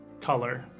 color